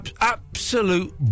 Absolute